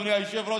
אדוני היושב-ראש,